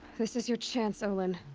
this is your chance, olin.